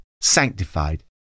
sanctified